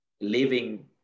living